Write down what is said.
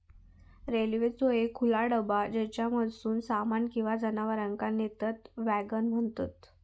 रेल्वेचो एक खुला डबा ज्येच्यामधसून सामान किंवा जनावरांका नेतत वॅगन म्हणतत